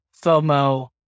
FOMO